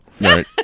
Right